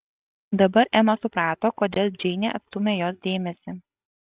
dabar ema suprato kodėl džeinė atstūmė jos dėmesį